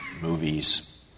movies